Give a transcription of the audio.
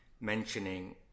mentioning